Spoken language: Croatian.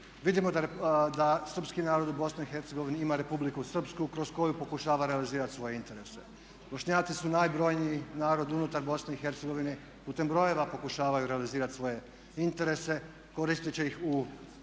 Vidimo da srpski narod u Bosni i Hercegovini ima Republiku Srpsku kroz koju pokušava realizirati svoje interese. Bošnjaci su najbrojniji narod unutar Bosne i Hercegovine, putem brojeva pokušavaju realizirati svoje interese koristeći ih u